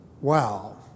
wow